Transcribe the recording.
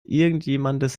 irgendjemandes